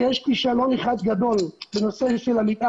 כי יש כשלון אחד גדול בנושא של המתאם